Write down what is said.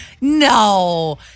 No